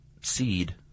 seed